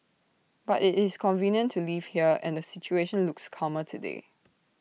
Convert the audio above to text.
but IT is convenient to live here and the situation looks calmer today